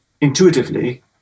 intuitively